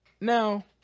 now